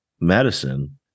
medicine